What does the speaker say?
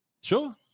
Sure